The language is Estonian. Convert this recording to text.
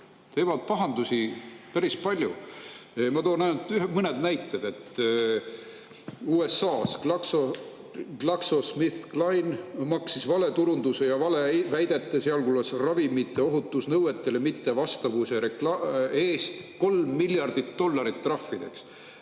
teevad pahandusi päris palju? Ma toon ainult mõned näited. USA-s GlaxoSmithKline maksis valeturunduse ja valeväidete, sealhulgas ravimite ohutusnõuetele mittevastavuse eest, 3 miljardit dollarit trahvideks.